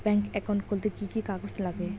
Bank account খুলতে কি কি কাগজ লাগে?